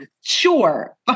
sure